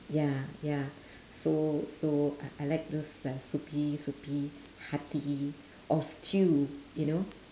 ya ya so so uh I like those uh soupy soupy hearty or stew you know